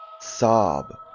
sob